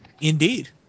Indeed